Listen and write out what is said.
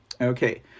Okay